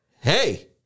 hey